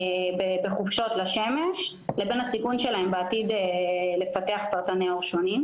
בחופשות בשנה לבין הסיכויים שלהם בעתיד לפתח סרטני עור שונים,